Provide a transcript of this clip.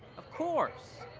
of course.